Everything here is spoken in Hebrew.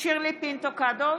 שירלי פינטו קדוש,